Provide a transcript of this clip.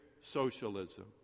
socialism